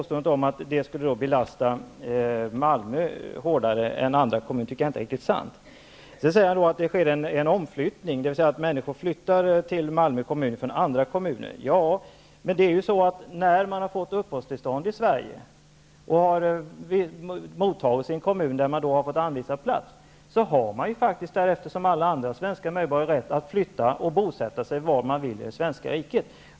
Talet om att Malmö skulle vara hårdare belastat än andra kommuner tycker jag inte är riktigt sant. Sedan säger Sten Andersson att det sker en omflyttning, dvs. att människor flyttar till Malmö kommun från andra kommuner. Det är ju så att man när man kommer till Sverige får plats anvisad i en kommun, men när man fått uppehållstillstånd har man liksom andra svenska medborgare rätt att flytta och bosätta sig var man vill i det svenska riket.